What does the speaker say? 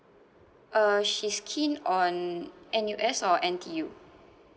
uh she's keen on N_U_S or N_T_U